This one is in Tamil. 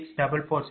51